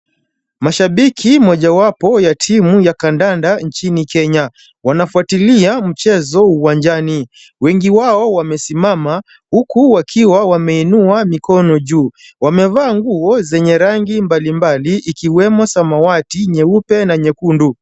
Mashabiki mojawapo wa timu ya kandanda nchini Kenya. Wanafuatilia mchezo uwanjani. Wengi wao wamesimama huku wakiwa wameinua mikono juu. Wamevaa nguo zenye rangi mbalimbali ikiwemo samawati, nyeupe na nyekundu.